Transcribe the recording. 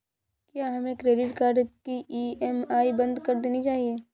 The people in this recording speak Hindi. क्या हमें क्रेडिट कार्ड की ई.एम.आई बंद कर देनी चाहिए?